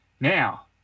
Now